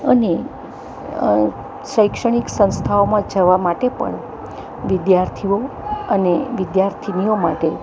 અને શૈક્ષણિક સંસ્થાઓમાં જવા માટે પણ વિદ્યાર્થીઓ અને વિદ્યાર્થીનીઓ માટે